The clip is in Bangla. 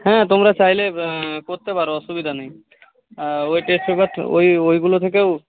হ্যাঁ তোমরা চাইলে করতে পারো অসুবিধা নেই আর ওই টেস্ট পেপারটা ওইগুলো থেকে